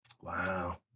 Wow